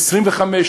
25,